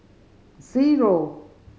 zero